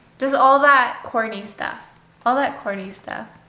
just all that corny stuff all that corny stuff